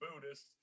Buddhists